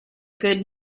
good